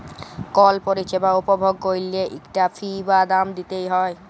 call পরিছেবা উপভগ ক্যইরলে ইকটা ফি বা দাম দিইতে হ্যয়